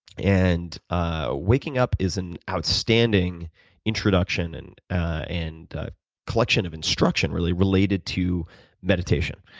and ah waking-up is an outstanding introduction and and collection of instruction really related to meditation,